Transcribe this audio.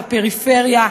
בפריפריה,